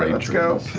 let's go.